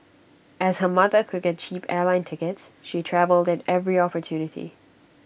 as her mother could get cheap airline tickets she travelled at every opportunity